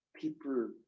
people